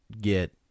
get